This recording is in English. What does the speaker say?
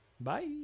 Bye